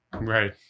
right